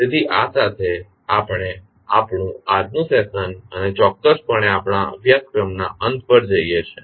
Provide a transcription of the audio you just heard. તેથી આ સાથે આપણે આપણું આજનું સેશન અને ચોક્કસપણે આપણા અભ્યાસક્રમના અંત પર જઈએ છીએ